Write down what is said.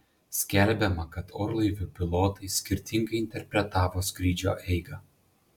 skelbiama kad orlaivių pilotai skirtingai interpretavo skrydžio eigą